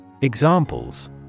Examples